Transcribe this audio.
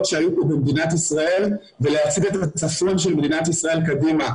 שהיו כאן במדינת ישראל ולהצעיד את צפון מדינת ישראל קדימה.